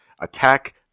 attack